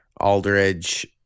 Aldridge